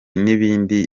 n’ibindi